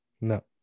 no